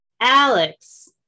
Alex